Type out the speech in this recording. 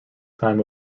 time